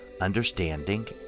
understanding